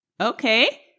Okay